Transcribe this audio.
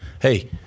hey-